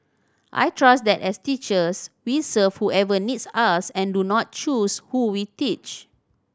I trust that as teachers we serve whoever needs us and do not choose who we teach